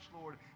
Lord